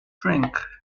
drink